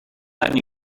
gotten